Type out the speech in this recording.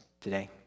today